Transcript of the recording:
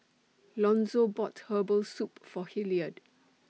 Lonzo bought Herbal Soup For Hilliard